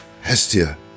Hestia